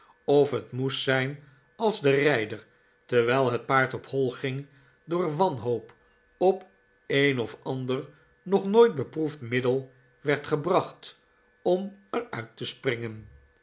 of het moest zijn als de rijder terwijl het paard op hoi ging door wanhoop op een of ander nog nooit beproefd middel werd gebracht om er uit te springen